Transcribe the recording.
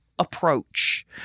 Approach